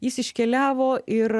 jis iškeliavo ir